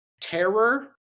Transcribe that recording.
Terror